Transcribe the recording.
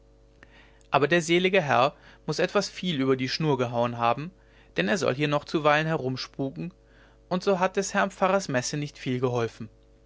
aber der selige herr muß etwas viel über die schnur gehauen haben denn er soll hier noch zuweilen herumspuken und so hat des herrn pfarrers messe nicht viel geholfen